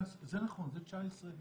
זה נכון, זה 19(ה).